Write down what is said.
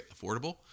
affordable